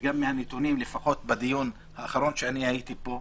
גם מהנתונים, לפחות בדיון האחרון שהייתי פה,